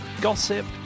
gossip